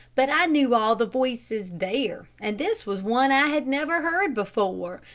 but i knew all the voices there, and this was one i had never heard before,